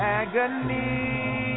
agony